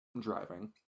driving